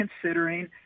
considering